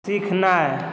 सिखनाइ